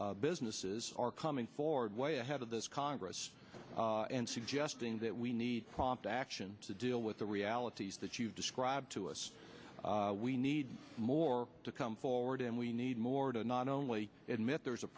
businesses are coming forward way ahead of this congress and suggesting that we need prompt action to deal with the realities that you've described to us we need more to come forward and we need more to not only admit there is a